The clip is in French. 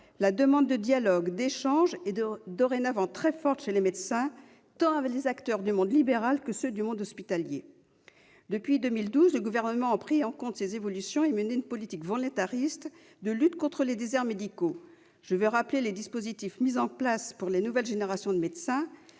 La demande de dialogue et d'échanges est dorénavant très forte chez les médecins, tant avec les acteurs du monde libéral qu'avec ceux du monde hospitalier. Depuis 2012, le Gouvernement a pris en compte ces évolutions et mené une politique volontariste de lutte contre les déserts médicaux. Je veux rappeler les dispositifs mis en place pour les nouvelles générations de médecins,